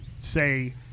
say